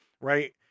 right